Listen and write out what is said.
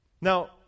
Now